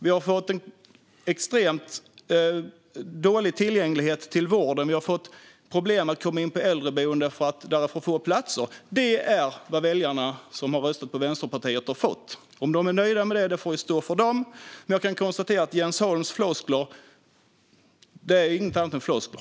Vi har fått extremt dålig tillgänglighet till vården. Vi har fått problem med att komma in på äldreboende, eftersom det finns för få platser. Det är vad väljarna som har röstat på Vänsterpartiet har fått. Om de är nöjda med det får det stå för dem. Men jag kan konstatera att det Jens Holm säger är ingenting annat än floskler.